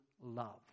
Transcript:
love